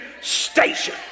station